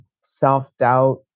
self-doubt